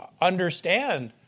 understand